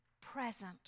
present